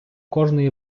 кожної